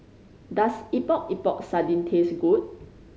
does Epok Epok Sardin taste good